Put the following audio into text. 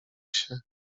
się